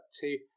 two